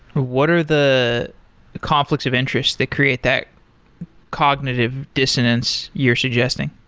what are the conflicts of interests that create that cognitive dissonance you're suggesting?